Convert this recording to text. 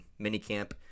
minicamp